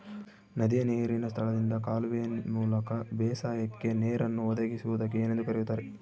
ನದಿಯ ನೇರಿನ ಸ್ಥಳದಿಂದ ಕಾಲುವೆಯ ಮೂಲಕ ಬೇಸಾಯಕ್ಕೆ ನೇರನ್ನು ಒದಗಿಸುವುದಕ್ಕೆ ಏನೆಂದು ಕರೆಯುತ್ತಾರೆ?